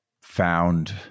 found